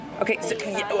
Okay